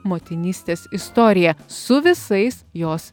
motinystės istoriją su visais jos